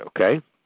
okay